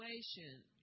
situation